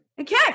Okay